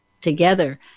together